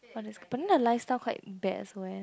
but t~ but then the lifestyle quite bad also eh